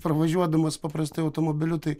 pravažiuodamas paprastai automobiliu tai